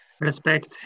respect